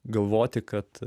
galvoti kad